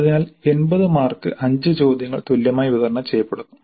അതിനാൽ 80 മാർക്ക് 5 ചോദ്യങ്ങളിൽ തുല്യമായി വിതരണം ചെയ്യപ്പെടുന്നു